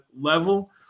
level